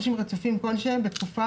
הכנסותיהם מעבודה כשכירים בישראל,